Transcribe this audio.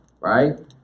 right